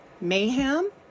Mayhem